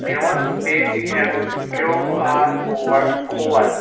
میون Paytm Q R code کھول